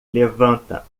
levanta